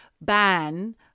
ban